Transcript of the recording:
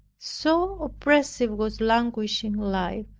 so oppressive was languishing life.